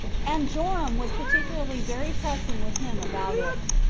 and joram was particularly very pressing with him about it.